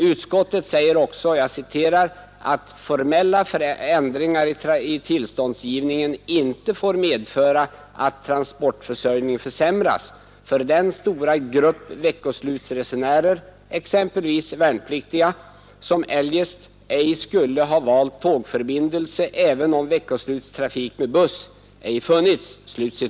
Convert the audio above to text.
Utskottet säger också ”att formella ändringar i tillståndsgivningen inte får medföra att transportförsörjningen försämras för den stora grupp veckoslutsresenärer, exempelvis värnpliktiga, som eljest ej skulle ha valt tågförbindelse även om veckoslutstrafik med buss ej funnits”.